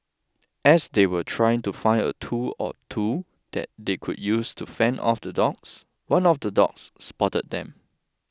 as they were trying to find a tool or two that they could use to fend off the dogs one of the dogs spotted them